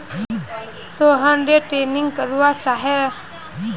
Sohan day trading करवा चाह्चे